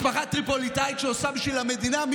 משפחה טריפוליטאית שעושה בשביל המדינה.